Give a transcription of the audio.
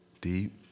Deep